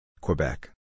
Quebec